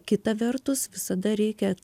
kita vertus visada reikia